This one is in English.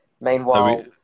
meanwhile